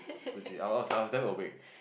legit I was I was damn awake